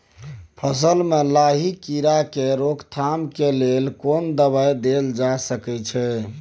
फसल में लाही कीरा के रोकथाम के लेल कोन दवाई देल जा सके छै?